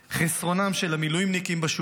חסרונם של המילואימניקים בשוק,